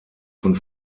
von